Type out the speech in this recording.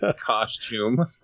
costume